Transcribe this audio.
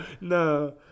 No